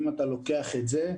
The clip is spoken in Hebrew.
אם אתה לוקח את זה,